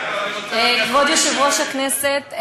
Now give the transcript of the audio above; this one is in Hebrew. כבוד יושב-ראש הכנסת,